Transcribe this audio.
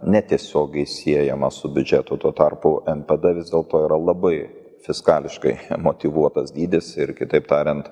netiesiogiai siejama su biudžetu tuo tarpu npd vis dėlto yra labai fiskališkai motyvuotas dydis ir kitaip tariant